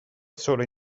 sole